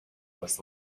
was